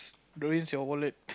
ruins your wallet